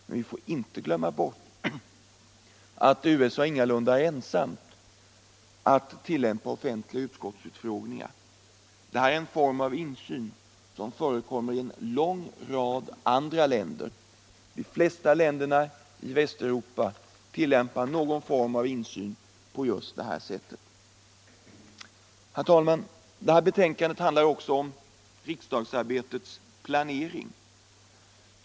Men vi får inte glömma att USA ingalunda är ensamt om att tillämpa offentliga utskottsutfrågningar. Det är en form av insyn som förekommer i en lång rad andra länder. Herr talman! Förevarande betänkande handlar också om riksdagsarbetets planering.